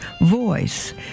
voice